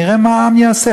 נראה מה העם יעשה.